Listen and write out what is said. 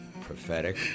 Prophetic